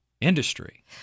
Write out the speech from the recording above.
industry